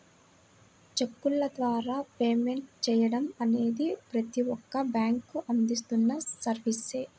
చెక్కుల ద్వారా పేమెంట్ చెయ్యడం అనేది ప్రతి ఒక్క బ్యేంకూ అందిస్తున్న సర్వీసే